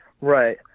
Right